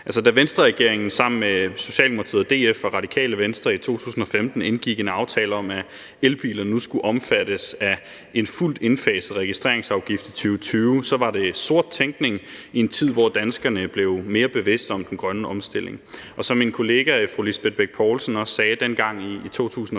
Da Venstreregeringen sammen med Socialdemokratiet, DF og Radikale Venstre i 2015 indgik en aftale om, at elbiler nu skulle omfattes af en fuldt indfaset registreringsafgift i 2020, var det sort tænkning i en tid, hvor danskerne blev mere bevidste om den grønne omstilling. Og som min kollega fru Lisbeth Bech Poulsen også sagde dengang i 2015,